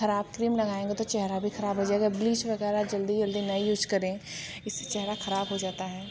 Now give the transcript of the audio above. ख़राब क्रीम लगाएंगे तो चेहरा भी ख़राब हो जाएगा ब्लीच वग़ैरह जल्दी जल्दी ना यूज करें इससे चेहरा ख़राब हो जाता है